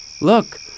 Look